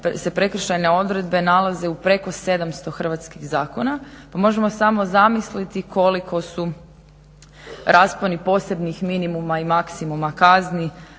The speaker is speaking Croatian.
se prekršajne odredbe nalaze u preko 700 hrvatskih zakona pa možemo samo zamisliti koliko su rasponi posebnih minimuma i maksimuma kazni